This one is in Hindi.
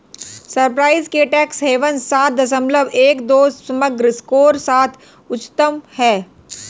साइप्रस के टैक्स हेवन्स सात दशमलव एक दो के समग्र स्कोर के साथ उच्चतम हैं